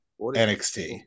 NXT